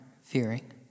fearing